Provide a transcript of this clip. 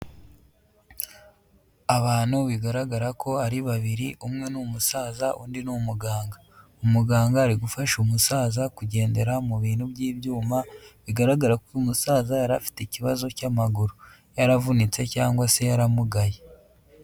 Abantu bigaragara ko ari babiri umwe ni umusaza undi ni umuganga, umuganga ari gufasha umusaza kugendera mu bintu by'ibyuma, bigaragara ko umusaza yari afite ikibazo cy'amaguru yaravunitse cyangwa se yaramugaye.